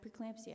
preeclampsia